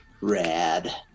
rad